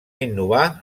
innovar